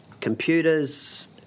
computers